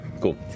cool